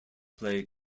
play